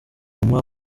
muba